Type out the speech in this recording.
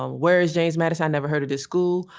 um where is james madison? i never heard of this school.